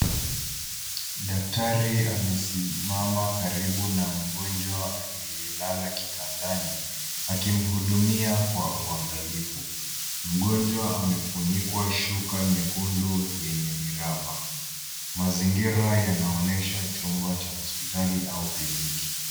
Daktari amesimama karibu na mgonjwa aliyelala kitandani akimhudumia kwa uangalifu. Mgonjwa amefunikwa shuka nyekundu yenye miraba. Mazingira yanaonyesha chumba cha hospitali au kliniki.